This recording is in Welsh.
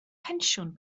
pensiwn